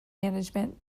management